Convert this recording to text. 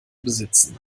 besitzen